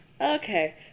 Okay